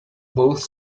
both